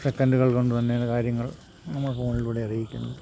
സെക്കൻഡുകൾ കൊണ്ടുതന്നെയാണ് കാര്യങ്ങൾ നമ്മൾ ഫോണിലൂടെ അറിയിക്കുന്നത്